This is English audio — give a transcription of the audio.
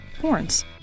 horns